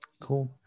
Cool